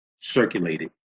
circulated